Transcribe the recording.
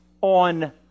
on